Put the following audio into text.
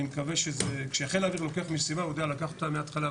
אני בטוח שזה מה שיהיה.